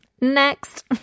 Next